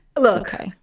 Look